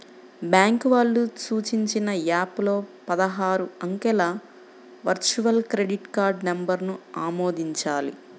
bank వాళ్ళు సూచించిన app లో పదహారు అంకెల వర్చువల్ క్రెడిట్ కార్డ్ నంబర్ను ఆమోదించాలి